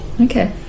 Okay